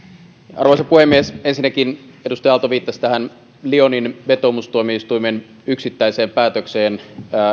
arvoisa puhemies ensinnäkin edustaja aalto viittasi tähän lyonin vetoomustuomioistuimen yksittäiseen päätökseen